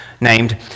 named